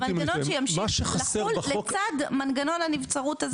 מנגנון שימשיך לחול לצד מנגנון הנבצרות הזה.